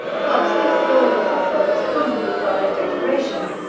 but this loyal offer was accompanied by a declaration,